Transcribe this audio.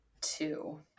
two